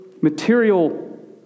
material